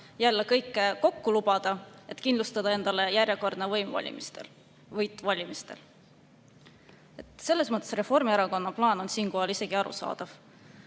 jälle kõike kokku lubada, et kindlustada endale järjekordne võit valimistel. Selles mõttes on Reformierakonna plaan siinkohal isegi arusaadav.